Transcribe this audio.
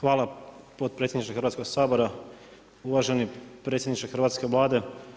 Hvala potpredsjedniče Hrvatskog sabora, uvaženi predsjedniče hrvatske Vlade.